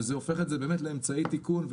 וזה הופך את זה לאמצעי תיקון,